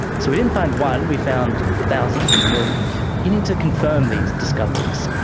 so we didn't find one, we found thousands and millions. you need to confirm these discoveries,